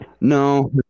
no